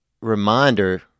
reminder